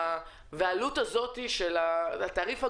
העלות הזאת של התעריף הגבוה,